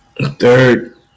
Third